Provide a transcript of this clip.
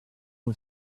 who